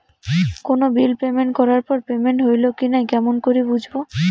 কোনো bill payment করার পর পেমেন্ট হইল কি নাই কেমন করি বুঝবো?